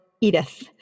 Edith